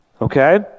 Okay